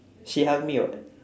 she like me [what]